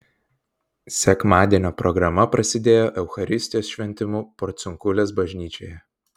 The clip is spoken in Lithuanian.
sekmadienio programa prasidėjo eucharistijos šventimu porciunkulės bažnyčioje